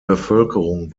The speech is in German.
bevölkerung